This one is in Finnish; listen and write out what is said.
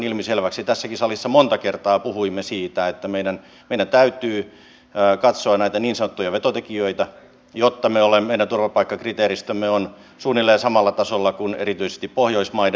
tässäkin salissa monta kertaa puhuimme siitä että meidän täytyy katsoa näitä niin sanottuja vetotekijöitä jotta meidän turvapaikkakriteeristömme on suunnilleen samalla tasolla kuin erityisesti pohjoismaiden